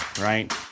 right